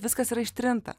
viskas yra ištrinta